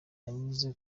yavuze